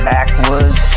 Backwoods